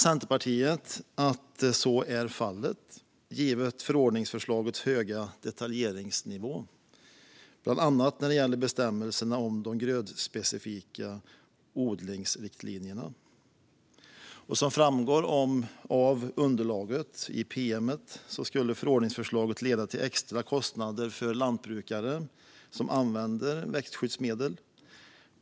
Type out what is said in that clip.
Centerpartiet anser att så är fallet, givet förordningsförslagets höga detaljnivå bland annat när det gäller bestämmelserna om de grödspecifika odlingsriktlinjerna. Som framgår av underlaget i pm:et skulle förordningsförslaget leda till extra kostnader för lantbrukare som använder växtskyddsmedel.